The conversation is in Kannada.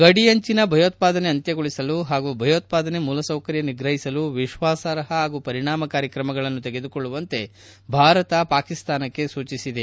ಗಡಿಯಂಚಿನ ಭಯೋತ್ಪಾದನೆ ಅಂತ್ಯಗೊಳಿಸಲು ಹಾಗೂ ಭಯೋತ್ಪಾದನೆ ಮೂಲಸೌಕರ್ಯ ನಿಗ್ರಹಿಸಲು ವಿಶ್ನಾಸಾರ್ಹ ಹಾಗೂ ಪರಿಣಾಮಕಾರಿ ಕ್ರಮಗಳನ್ನು ತೆಗೆದುಕೊಳ್ಳುವಂತೆ ಭಾರತ ಪಾಕಿಸ್ತಾನಕ್ಕೆ ಸೂಚಿಸಿದೆ